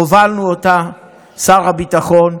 הוביל אותה שר הביטחון.